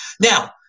now